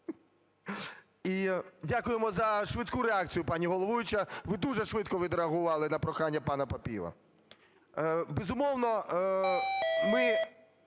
І дякуємо за швидку реакцію пані головуюча, ви дуже швидко відреагували на прохання пана Папієва. Безумовно, ми